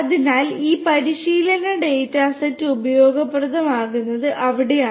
അതിനാൽ ഈ പരിശീലന ഡാറ്റ സെറ്റ് ഉപയോഗപ്രദമാകുന്നത് അവിടെയാണ്